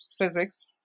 physics